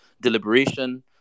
deliberation